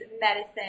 medicine